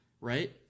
right